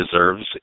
deserves